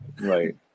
right